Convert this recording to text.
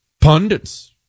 Pundits